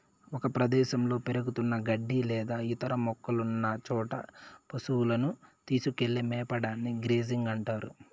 ఒక ప్రదేశంలో పెరుగుతున్న గడ్డి లేదా ఇతర మొక్కలున్న చోట పసువులను తీసుకెళ్ళి మేపడాన్ని గ్రేజింగ్ అంటారు